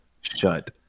shut